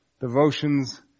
devotions